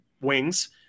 wings